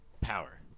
power